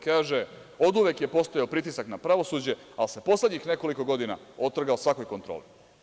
Kaže – Oduvek je postojao pritisak na pravosuđe, ali se poslednjih nekoliko godina otrgao svakoj kontroli.